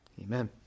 Amen